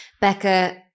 Becca